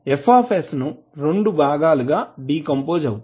F ను రెండు భాగాలుగా డీకంపోజ్ అవుతాయి